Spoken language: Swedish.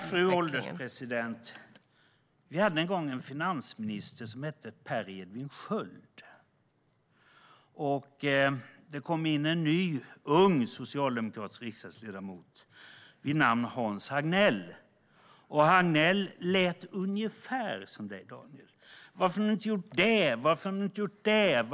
Fru ålderspresident! Vi hade en gång en finansminister som hette Per Edvin Sköld. Det kom då in en ny ung socialdemokratisk riksdagsledamot vid namn Hans Hagnell. Hagnell lät ungefär som du, Daniel. Varför har ni inte gjort det, och varför har ni inte gjort det?